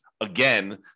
again